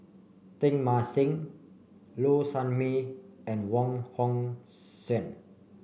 Teng Mah Seng Low Sanmay and Wong Hong Suen